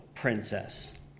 princess